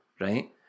Right